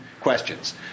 questions